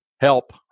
help